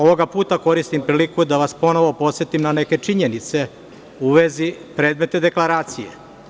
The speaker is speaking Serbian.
Ovoga puta koristim priliku da vas ponovo podsetim na neke činjenice u vezi predmeta deklaracije.